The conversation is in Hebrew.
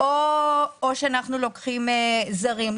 או שאנחנו לוקחים זרים.